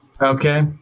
okay